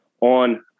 on